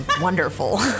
wonderful